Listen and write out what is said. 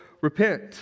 repent